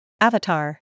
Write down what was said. Avatar